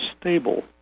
stable